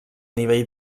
nivell